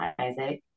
Isaac